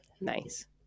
Nice